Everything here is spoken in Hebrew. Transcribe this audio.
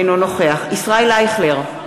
אינו נוכח ישראל אייכלר,